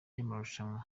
y’amarushanwa